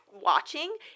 watching